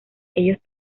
ellos